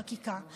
חקיקה.